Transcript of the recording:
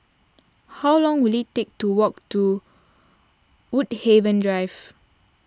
how long will it take to walk to Woodhaven Drive